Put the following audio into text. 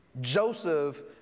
Joseph